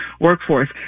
workforce